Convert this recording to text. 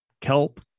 kelp